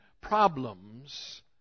problems